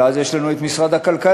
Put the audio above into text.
אבל אז יש לנו משרד הכלכלה.